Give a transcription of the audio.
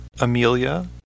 Amelia